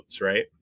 right